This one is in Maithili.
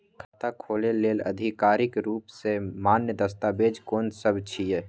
खाता खोले लेल आधिकारिक रूप स मान्य दस्तावेज कोन सब छिए?